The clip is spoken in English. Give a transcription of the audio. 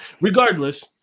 Regardless